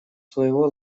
своего